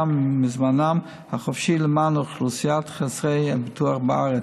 ומזמנם החופשי למען אוכלוסיית חסרי הביטוח בארץ.